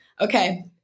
Okay